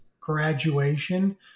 graduation